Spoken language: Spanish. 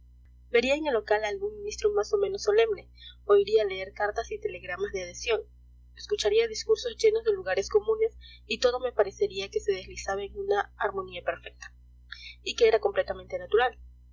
vería en el local a algún ministro más o menos solemne oiría leer cartas y telegramas de adhesión escucharía discursos llenos de lugares comunes y todo me parecería que se deslizaba en una armonía perfecta y que era completamente natural